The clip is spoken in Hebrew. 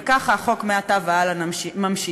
וכך החוק מעתה והלאה ממשיך.